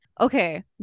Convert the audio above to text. Okay